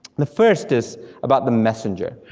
the first is about the messenger.